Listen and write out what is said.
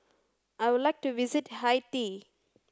I would like to visit Haiti